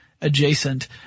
adjacent